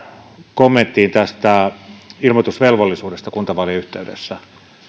kommenttiin tästä ilmoitusvelvollisuudesta kuntavaalien yhteydessä